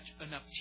enough